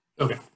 Okay